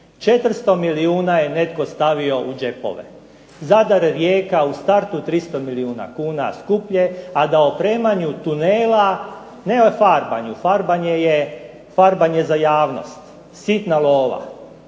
400 milijuna je netko stavio u džepove. Zadar-Rijeka u startu 300 milijuna kuna skuplje, a da opremanju tunela ne o farbanju, farbanje za javnost, sitna lova,